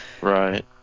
Right